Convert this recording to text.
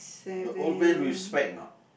the old man with spec or not